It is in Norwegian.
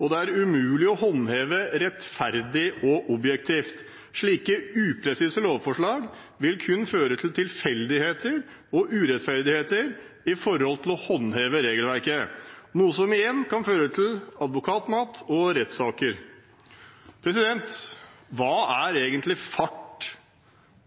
og det er umulig å håndheve rettferdig og objektivt. Slike upresise lovforslag vil kun føre til tilfeldigheter og urettferdigheter i forhold til å håndheve regelverket, noe som igjen kan føre til «advokatmat» og rettssaker. Hva er egentlig fart?